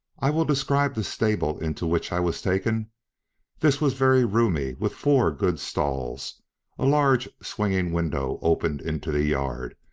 i will describe the stable into which i was taken this was very roomy, with four good stalls a large swinging window opened into the yard,